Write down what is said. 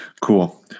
Cool